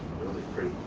really pretty.